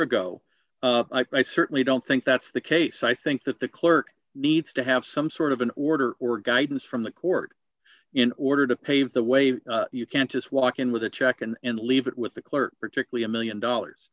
ago i certainly don't think that's the case i think that the clerk needs to have some sort of an order or guidance from the court in order to pave the way you can't just walk in with a check and leave it with the clerk particularly a one million dollars